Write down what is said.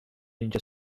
اینجا